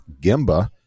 Gimba